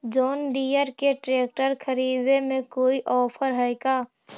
जोन Deere के ट्रेकटर खरिदे में कोई औफर है का?